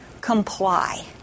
comply